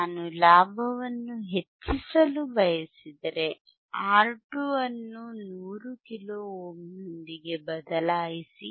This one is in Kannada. ನಾನು ಲಾಭವನ್ನು ಹೆಚ್ಚಿಸಲು ಬಯಸಿದರೆ R 2 ಅನ್ನು 100 ಕಿಲೋ ಓಮ್ನೊಂದಿಗೆ ಬದಲಾಯಿಸಿ